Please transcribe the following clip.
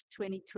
2020